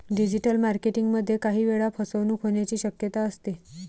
digital marketing मध्ये काही वेळा फसवणूक होण्याची शक्यता असते